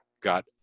got